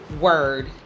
word